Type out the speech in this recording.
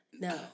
No